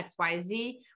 XYZ